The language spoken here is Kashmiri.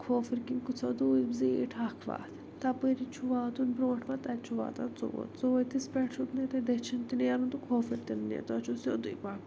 کھوفر کن سیوٚدے زیٖٹھ اکھ وتھ تَپیری چھُ واتُن برونٛٹھ پَہَن تتہ چھ واتان ژُ ووٚت ژُ ؤتِس پیٚٹھ چھو تۄہہِ دٔچھِن تہِ نہٕ نیرُن تہٕ کھوفر تہ نہٕ نیرُن تۄہہِ چھو سیودے پَکُن